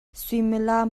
suimilam